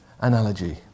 analogy